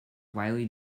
widely